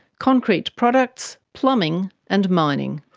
concrete products, plumbing and mining.